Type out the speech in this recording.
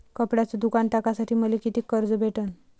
कपड्याचं दुकान टाकासाठी मले कितीक कर्ज भेटन?